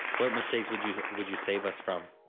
what mistakes would you would you say us from?